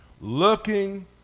Looking